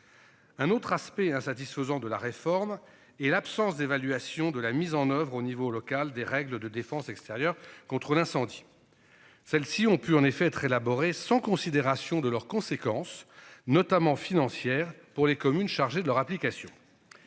Un autre aspect insatisfaisant de la réforme et l'absence d'évaluation de la mise en oeuvre au niveau local des règles de défense extérieure contre l'incendie. Celles-ci ont pu en effet être élaboré sans considération de leurs conséquences notamment financières pour les communes chargés de leur application.